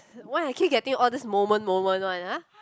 why I keep getting all these moment moment one ah